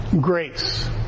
grace